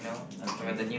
okay